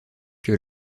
que